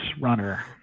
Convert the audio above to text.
runner